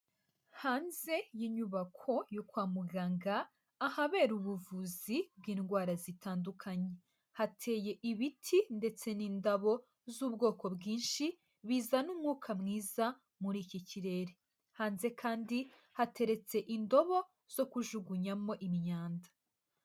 Hanze y'inyubako yo kwa muganga, ahabera ubuvuzi bw'indwara zitandukanye, hateye ibiti ndetse n'indabo z'ubwoko bwinshi, bizana umwuka mwiza muri iki kirere, hanze kandi hateretse indobo zo kujugunyamo imyanda.